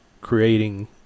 creating